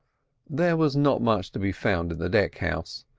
there was not much to be found in the deck-house,